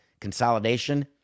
consolidation